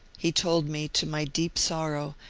he told me, to my deep sorrow,